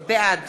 בעד